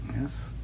Yes